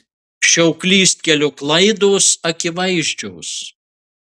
šio klystkelio klaidos akivaizdžios